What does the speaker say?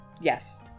Yes